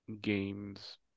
games